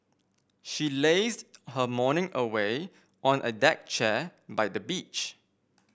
she lazed her morning away on a deck chair by the beach